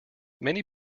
many